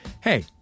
Hey